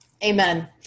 Amen